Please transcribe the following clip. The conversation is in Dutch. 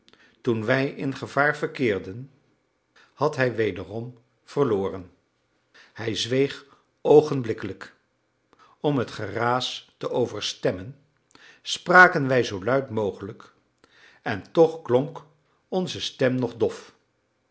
toen wij in gevaar verkeerden had hij wederom verloren hij zweeg oogenblikkelijk om het geraas te overstemmen spraken wij zoo luid mogelijk en toch klonk onze stem nog dof